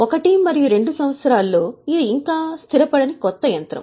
1 మరియు 2 సంవత్సరాల్లో ఇది ఇంకా స్థిరపడటానికి కొత్త యంత్రం